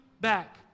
back